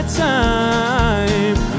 time